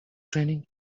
training